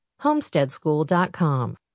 Homesteadschool.com